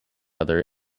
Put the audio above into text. other